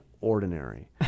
ordinary